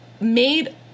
made